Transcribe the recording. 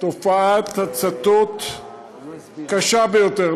תופעת הצתות קשה ביותר.